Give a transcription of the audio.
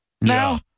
now